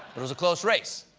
it was a close race,